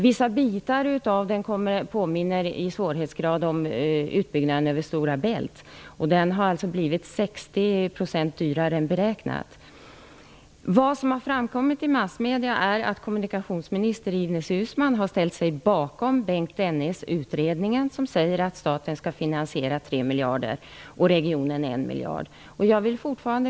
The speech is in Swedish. Vissa bitar av den påminner i svårighetsgrad om utbyggnaden över Stora Bält, vilken har blivit Vad som har framkommit i massmedierna är att kommunikationsminister Ines Uusmann har ställt sig bakom Bengt Dennis utredning, som säger att staten skall bidra med 3 miljarder till finansieringen och regionen 1 miljard.